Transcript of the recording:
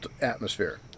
atmosphere